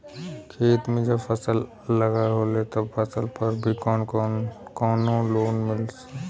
खेत में जब फसल लगल होले तब ओ फसल पर भी कौनो लोन मिलेला का?